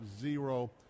zero